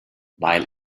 weil